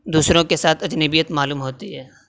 دوسروں کے ساتھ اجنبیت معلوم ہوتی ہے